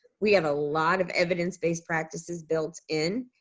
we have a lot of evidence based practices built in.